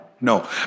No